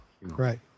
Right